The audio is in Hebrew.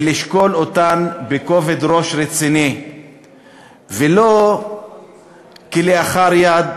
וצריך לשקול אותן בכובד ראש רציני ולא כלאחר יד.